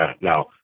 Now